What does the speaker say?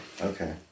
Okay